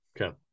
Okay